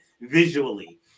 visually